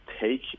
take